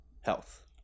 health